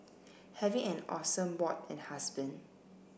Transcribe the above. having an awesome bod and husband